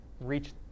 reach